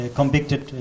convicted